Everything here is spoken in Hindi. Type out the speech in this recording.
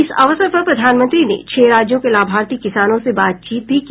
इस अवसर पर प्रधानमंत्री ने छह राज्यों के लाभार्थी किसानों से बातचीत भी की